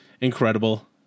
incredible